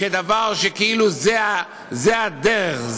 כדבר שכאילו זאת הדרך,